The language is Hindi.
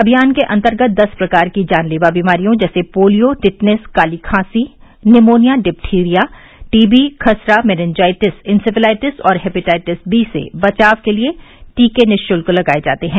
अभियान के अंतर्गत दस प्रकार की जानलेवा बीमारियों जैसे पोलियो टिटनेस काली खांसी निमोनिया डिप्थीरिया टी बी खसरा मेनिनजाइटिस इंसेफ्लाइटिस और हेपिटाइटिस बी से बचाव के टीके निशुल्क लगाए जाते हैं